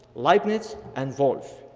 leibniz and wolff.